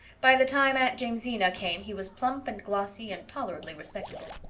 by the time aunt jamesina came he was plump and glossy and tolerably respectable.